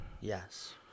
Yes